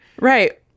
right